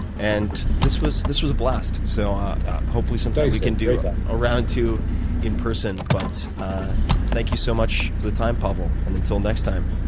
and this was this was a blast. so hopefully sometime we can do a round two in person, but thank you so much for the time, pavel, and until next time.